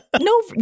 no